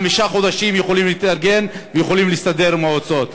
חמישה חודשים להתארגן ולהסתדר עם ההוצאות.